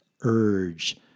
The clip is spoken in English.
urge